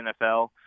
NFL